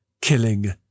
killing